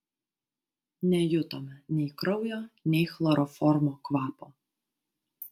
nejutome nei kraujo nei chloroformo kvapo